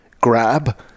Grab